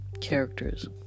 characters